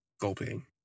gulping